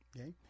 okay